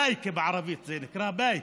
בייכה, בערבית זה נקרא בייכה.